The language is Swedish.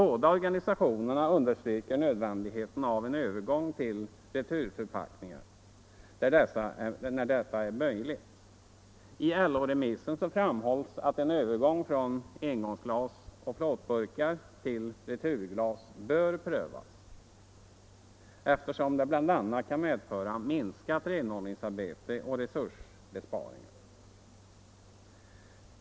Båda organisationerna understryker nödvändigheten av en övergång till returförpackningar där detta är möjligt. I LO-remissen framhålls att en övergång från engångsglas och plåtburkar till returglas bör prövas, eftersom det bl.a. kan medföra minskat renhållningsarbete och resursbesparingar.